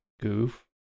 goof